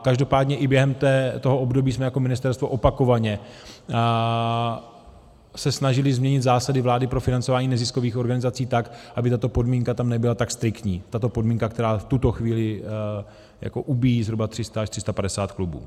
Každopádně i během toho období jsme se jako ministerstvo opakovaně snažili změnit zásady vlády pro financování neziskových organizací tak, aby tato podmínka tam nebyla tak striktní, tato podmínka, která v tuto chvíli ubíjí zhruba 300 až 350 klubů.